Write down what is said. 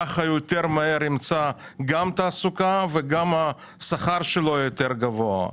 כך הוא יותר מהר ימצא תעסוקה והשכר שלו יהיה יותר גבוה.